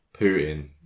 Putin